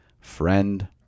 friend